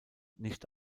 nicht